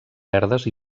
verdes